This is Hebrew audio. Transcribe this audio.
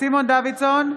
סימון דוידסון,